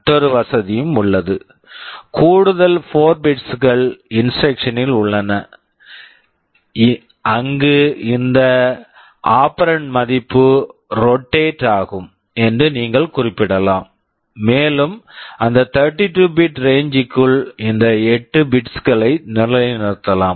மற்றொரு வசதியும் உள்ளது கூடுதல் 4 பிட்ஸ் bits கள் இன்ஸ்ட்ரக்க்ஷன் instruction இல் உள்ளன அங்கு இந்த ஆப்பெரண்ட் operand மதிப்பு ரொட்டேட் rotate ஆகும் என்று நீங்கள் குறிப்பிடலாம் மேலும் அந்த 32 பிட் bit ரேஞ்ச் range ற்குள் இந்த 8 பிட்ஸ் bits களை நிலைநிறுத்தலாம்